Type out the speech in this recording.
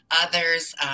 Others